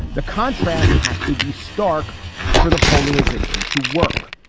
the contrast has to be stark for the polarization to work.